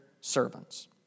servants